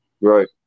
Right